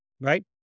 right